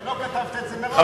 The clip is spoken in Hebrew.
לא כתבת את זה מראש.